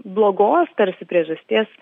blogos tarsi priežasties